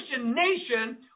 nation